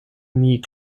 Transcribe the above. nie